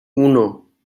uno